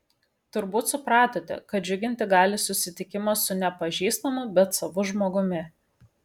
turbūt supratote kad džiuginti gali susitikimas su nepažįstamu bet savu žmogumi